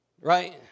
Right